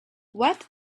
what